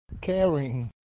caring